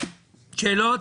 שאלות?